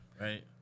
right